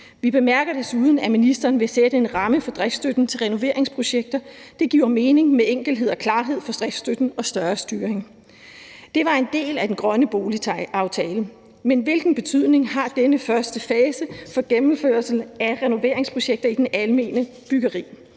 Vi bemærker desuden, at ministeren vil sætte en ramme for driftsstøtten til renoveringsprojekter. Det giver mening med enkelhed og klarhed for driftsstøtten og med større styring. Det var en del af den grønne boligaftale, men hvilken betydning har denne første fase for gennemførslen af renoveringsprojekter i det almene byggeri,